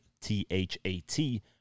T-H-A-T